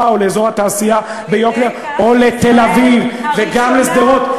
או לאזור התעשייה ביוקנעם או לתל-אביב וגם לשדרות.